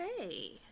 Okay